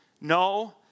No